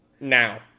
now